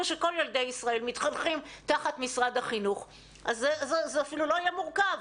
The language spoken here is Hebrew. שכל ילדי ישראל מתחנכים תחת משרד החינוך אז זה אפילו לא יהיה מורכב,